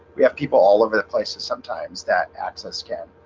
we have people all over the places. sometimes that access can